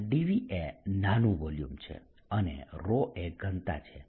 જ્યા dV એ નાનું વોલ્યુમ છે અને એ ઘનતા છે